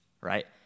right